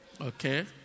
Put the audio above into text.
Okay